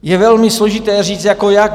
Je velmi složité říct, jako jak?